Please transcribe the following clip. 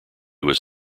was